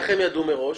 איך הם ידעו מראש?